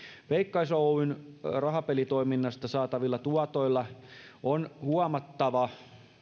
veikkaus oyn rahapelitoiminnasta saatavilla tuotoilla on huomattava